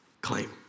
claim